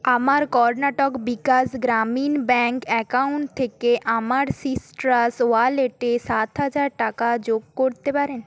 আমার Karnataka Vikas Grameena bank account থেকে আমার সিট্রাস ওয়ালেটে সাত হাজার টাকা যোগ করতে পারেন